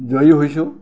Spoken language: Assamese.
জয়ী হৈছোঁ